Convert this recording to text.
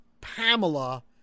Pamela